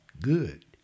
good